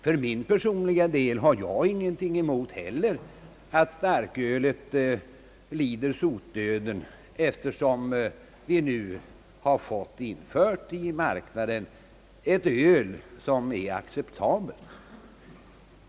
För min personliga del har jag heller ingenting emot att starkölet lider sotdöden, eftersom vi nu på marknaden har fått infört ett öl som är acceptabelt.